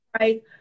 right